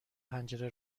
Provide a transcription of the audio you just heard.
پنجره